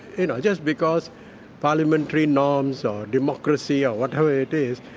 you know just because parliamentary norms or democracy or whatever it is,